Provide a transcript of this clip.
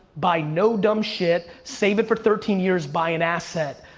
buy no dumb shit, save it for thirteen years, buy an asset,